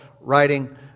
writing